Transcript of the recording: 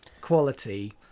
quality